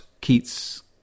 Keats